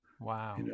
Wow